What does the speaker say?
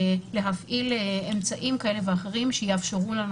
להפעיל אמצעים כאלה ואחרים שיאפשרו לנו